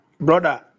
Brother